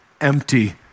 empty